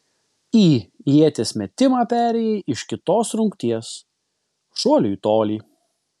į ieties metimą perėjai iš kitos rungties šuolių į tolį